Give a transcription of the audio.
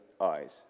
eyes